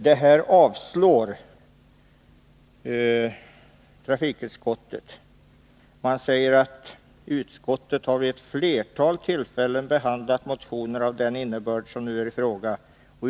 Detta avstyrker trafikutskottet med orden: ”Utskottet har vid ett flertal tillfällen ——— behandlat motioner av den innebörd som nu är i fråga.